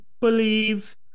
believe